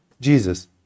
Jesus